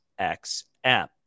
XM